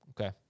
Okay